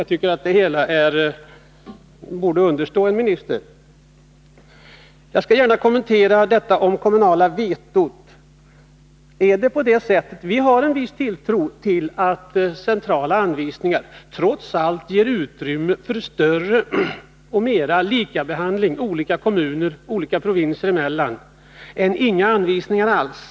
Jag tycker att en minister inte borde av bekämpningsunderstå sig att fälla sådana yttranden. medel över skogs Jag skall gärna kommentera detta om det kommunala vetot. Vi har en viss mark tilltro till att centrala anvisningar trots allt ger utrymme för mera likabehandling olika provinser emellan än inga anvisningar alls.